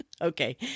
Okay